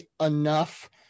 enough